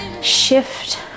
shift